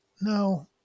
No